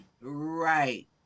right